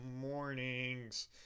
mornings